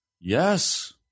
Yes